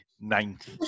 Ninth